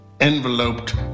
enveloped